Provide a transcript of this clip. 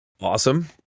Awesome